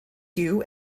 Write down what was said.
queue